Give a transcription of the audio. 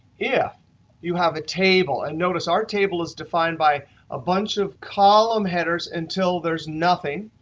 if you have a table and notice, our table is defined by a bunch of column headers until there's nothing,